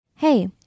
Hey